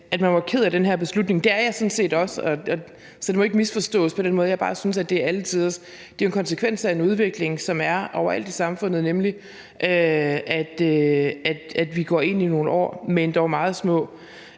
at man var ked af den her beslutning. Det er jeg sådan set også, så det må ikke misforstås på den måde, at jeg bare synes, det er alle tiders. Det er jo konsekvensen af en udvikling, som er overalt i samfundet, nemlig at vi går ind i nogle år med endog meget små